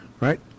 Right